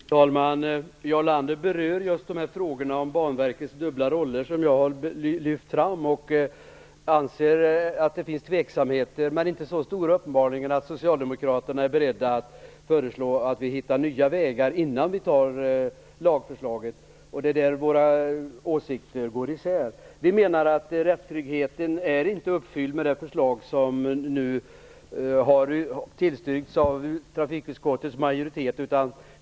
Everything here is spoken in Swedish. Fru talman! Jarl Lander berör frågorna om Banverkets dubbla roller, som jag har lyft fram. Man anser att det finns tveksamheter i detta men uppenbarligen inte så stora att socialdemokraterna är beredda att föreslå att vi skall hitta nya vägar innan vi tar lagförslaget. Det är på den punkten som åsikterna går isär. Vi menar att rättstryggheten inte är uppfylld med det förslag som nu har tillstyrkts av trafikutskottets majoritet.